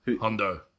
Hondo